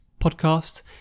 podcast